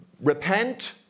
Repent